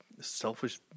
selfish